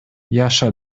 яша